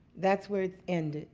that's where it ended.